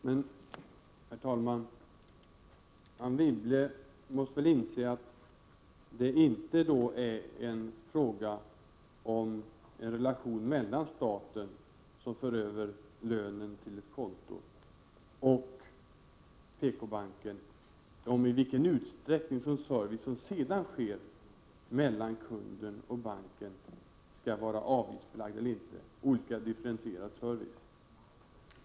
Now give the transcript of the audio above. Herr talman! Anne Wibble måste väl inse att det inte är fråga om en relation mellan staten, som för över lönen till ett konto, och PK-banken när det gäller att avgöra i vilken utsträckning som den differentierade service som sedan sker mellan banken och kunden skall vara avgiftsbelagd eller inte.